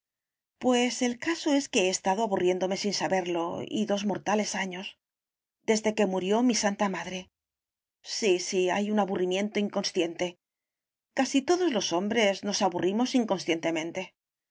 pues el caso es que he estado aburriéndome sin saberlo y dos mortales años desde que murió mi santa madre sí sí hay un aburrimiento inconsciente casi todos los hombres nos aburrimos inconscientemente